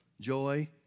joy